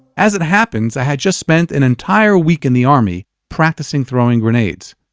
as it happens, i had just spent an entire week in the army practicing throwing grenades.